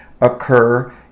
occur